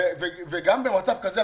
וגם במצב כזה,